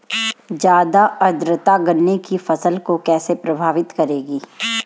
ज़्यादा आर्द्रता गन्ने की फसल को कैसे प्रभावित करेगी?